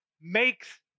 makes